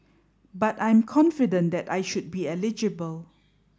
but I'm confident that I should be eligible